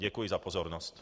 Děkuji za pozornost.